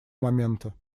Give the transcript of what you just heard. момента